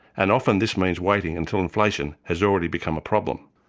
and often this means waiting until inflation has already become a problem.